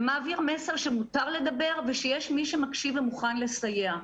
ומעביר מסר שמותר לדבר ושיש מי שמקשיב ומוכן לסייע,